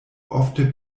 ofte